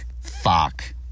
Fuck